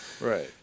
Right